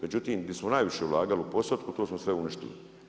Međutim, gdje smo najviše ulagali u postotku, to smo sve uništili.